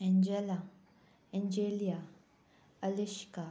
Angela Angelia Alishka